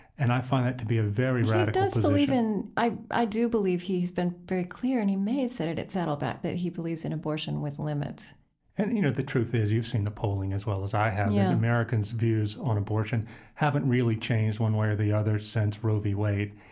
and i find that to be a very radical so position i i do believe he has been very clear, and he may have said it at saddleback, that he believes in abortion with limits and you know, the truth is you've seen the polling as well as i have yeah americans views on abortion haven't really changed one way or the other since roe v. wade.